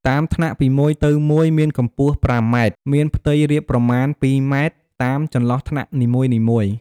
តាមថ្នាក់ពីមួយទៅមួយ មានកំពស់៥ម៉ែត្រ មានផ្ទៃរាបប្រមាណ ២ម៉ែត្រ តាមចន្លោះថ្នាក់នីមួយៗ។